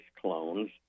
clones